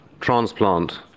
transplant